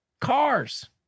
cars